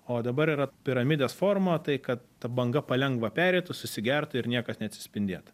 o dabar yra piramidės forma tai kad ta banga palengva pereitų susigertų ir niekas neatsispindėtų